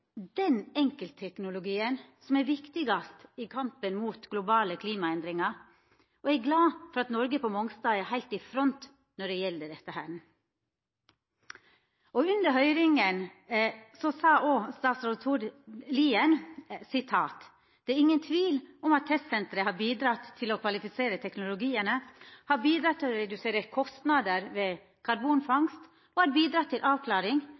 enkeltteknologien som er viktigast i kampen mot globale klimaendringar, og eg er glad for at Noreg på Mongstad er heilt i front når det gjeld dette. Under høyringa sa òg statsråd Tord Lien: «Det er ingen tvil om at testsenteret har bidratt til å kvalifisere teknologiene, har bidratt til å redusere kostnader ved karbonfangst og har bidratt til avklaring,